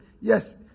Yes